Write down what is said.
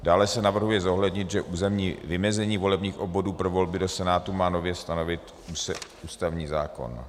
Dále se navrhuje zohlednit, že územní vymezení volebních obvodů pro volby do Senátu má nově stanovit ústavní zákon.